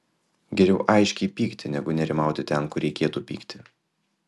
geriau aiškiai pykti negu nerimauti ten kur reikėtų pykti